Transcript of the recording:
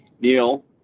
Neil